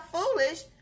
foolish